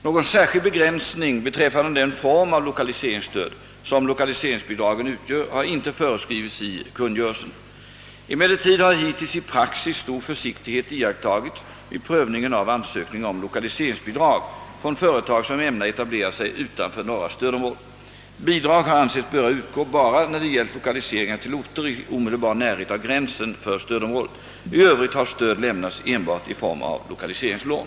Någon särskild begränsning beträffande den form av lokaliseringsstöd, som lokaliseringsbidragen utgör, har inte föreskrivits i kungörelsen. Emellertid har hittills i praxis stor försiktighet iakttagits vid prövningen av ansökningar om lokaliseringsbidrag från företag som ämnar etablera sig utanför norra stödområdet. Bidrag har ansetts böra utgå bara när det gällt lokaliseringar till orter i omedelbar närhet av gränsen för stödområdet. I övrigt har stöd lämnats enbart i form av lokaliseringslån.